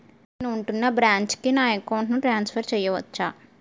నేను ఉంటున్న బ్రాంచికి నా అకౌంట్ ను ట్రాన్సఫర్ చేయవచ్చా?